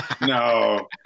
No